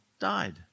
died